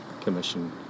Commission